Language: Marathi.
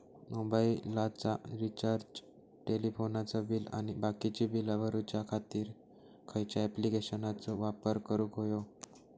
मोबाईलाचा रिचार्ज टेलिफोनाचा बिल आणि बाकीची बिला भरूच्या खातीर खयच्या ॲप्लिकेशनाचो वापर करूक होयो?